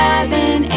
Seven